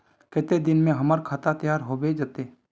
केते दिन में हमर खाता तैयार होबे जते?